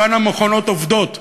כאן המכונות עובדות,